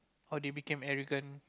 or they became arrogant